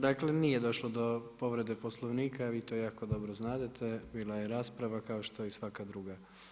Dakle, nije došlo do povrede Poslovnika, vi to jako dobro znadete, bila je rasprava kao i što svaka druga.